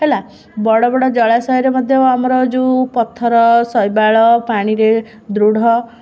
ହେଲା ବଡ଼ ବଡ଼ ଜଳାଶୟରେ ମଧ୍ୟ ଆମର ଯେଉଁ ପଥର ଶୈବାଳ ପାଣିରେ ଦୃଢ଼